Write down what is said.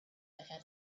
had